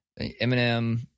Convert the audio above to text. Eminem